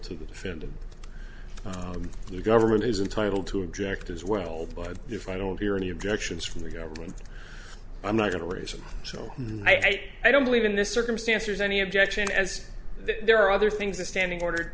to the defendant the government is entitle to object as well but if i don't hear any objections from the government i'm not going to raise it so i don't believe in this circumstance or any objection as there are other things a standing order